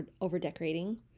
over-decorating